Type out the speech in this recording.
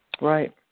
Right